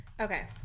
Okay